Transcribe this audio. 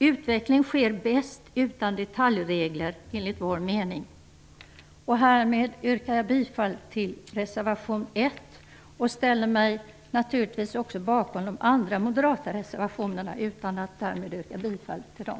Utvecklingen sker bäst utan detaljregler, enligt vår mening. Härmed yrkar jag bifall till reservation 1 och ställer mig naturligtvis också bakom de andra moderata reservationerna utan att därmed yrka bifall till dem.